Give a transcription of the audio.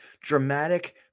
dramatic